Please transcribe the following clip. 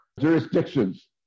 jurisdictions